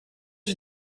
you